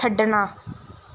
ਛੱਡਣਾ